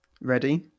ready